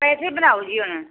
ਪੈਸੇ ਬਣਾਓ ਜੀ ਹੁਣ